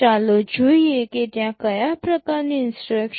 ચાલો જોઈએ કે ત્યાં કયા પ્રકારની ઇન્સટ્રક્શન્સ છે